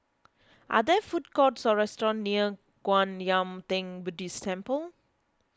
are there food courts or restaurants near Kwan Yam theng Buddhist Temple